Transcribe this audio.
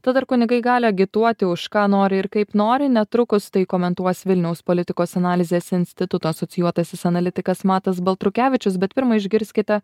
tad ar kunigai gali agituoti už ką nori ir kaip nori netrukus tai komentuos vilniaus politikos analizės instituto asocijuotasis analitikas matas baltrukevičius bet pirma išgirskite